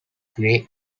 grey